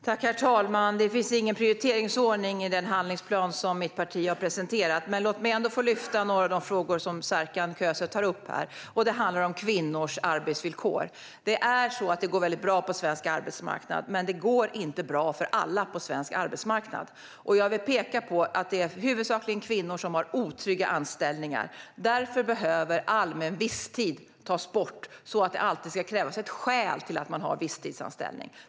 Herr talman! Det finns ingen prioriteringsordning i den handlingsplan som mitt parti har presenterat. Låt mig ändå få lyfta några av de frågor som Serkan Köse tar upp. Det handlar om kvinnors arbetsvillkor. Det går väldigt bra på svensk arbetsmarknad, men det går inte bra för alla på svensk arbetsmarknad. Jag vill peka på att det huvudsakligen är kvinnor som har otrygga anställningar. Därför behöver allmän visstid tas bort så att det alltid ska krävas ett skäl för visstidsanställning.